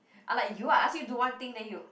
unlike you I ask you do one thing then you